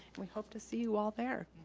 we hope to see you all there,